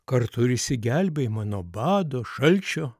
kartu ir išsigelbėjimą nuo bado šalčio